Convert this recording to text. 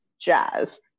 jazz